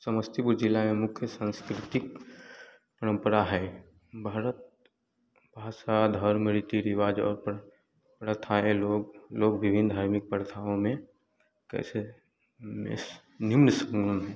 समस्तीपुर जिला में मुख्य सांस्कृतिक परंपरा है भारत भाषा धर्म रीति रिवाज और प्रथाएँ लोग लोग विभिन्न धार्मिक प्रथाओं में कैसे